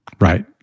Right